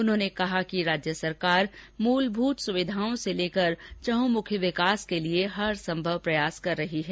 उन्होंने कहा कि राज्य सरकार मूलभूत सुविधाओं से लेकर चहुमुखी विकास के लिए हरसम्भव प्रयास कर रही है